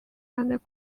and